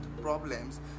problems